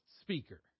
speaker